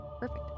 Perfect